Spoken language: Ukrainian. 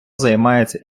займається